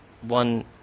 one